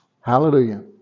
Hallelujah